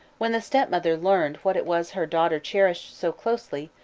when the stepmother learned what it was her daughter cherished so closely,